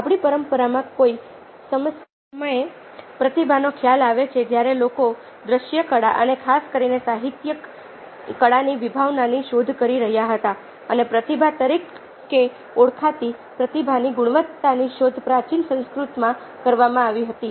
આપણી પરંપરામાં કોઈ સમયે પ્રતિભાનો ખ્યાલ આવે છે જ્યારે લોકો દ્રશ્ય કળા અને ખાસ કરીને સાહિત્યિક કળાની વિભાવનાની શોધ કરી રહ્યા હતા અને પ્રતિભા તરીકે ઓળખાતી પ્રતિભાની ગુણવત્તાની શોધ પ્રાચીન સંસ્કૃતમાં કરવામાં આવી હતી